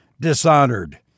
dishonored